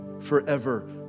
forever